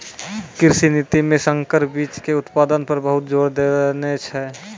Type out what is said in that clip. कृषि नीति मॅ संकर बीच के उत्पादन पर बहुत जोर देने छै